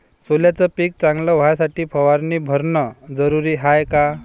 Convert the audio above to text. सोल्याचं पिक चांगलं व्हासाठी फवारणी भरनं जरुरी हाये का?